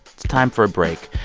it's time for a break.